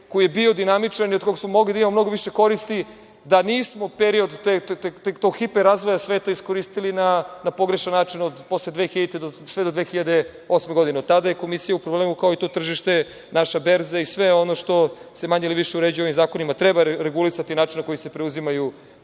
koji je bio dinamičan i od kog smo mogli da imamo mnogo više koristi da nismo period tog hiper razvoja sveta iskoristili na pogrešan način posle 2000, a sve do 2008. godine. Od tada je Komisija u problemu, kao i to tržište, naša berza i sve ono što se manje ili više uređuje ovim zakonima. Treba regulisati način na koji se preuzimaju